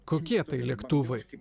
kokie tai lėktuvai kaip